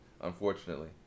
unfortunately